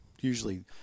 usually –